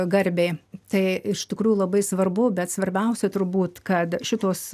garbei tai iš tikrųjų labai svarbu bet svarbiausia turbūt kad šitos